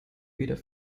weder